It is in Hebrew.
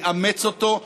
לאמץ אותו.